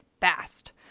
fast